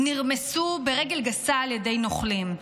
נרמסו ברגל גסה על ידי נוכלים.